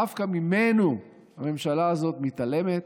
דווקא ממנו הממשלה הזאת מתעלמת.